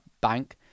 bank